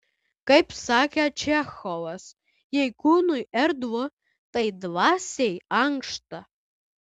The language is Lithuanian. kaip sakė čechovas jei kūnui erdvu tai dvasiai ankšta